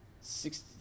six